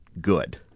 good